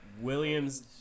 Williams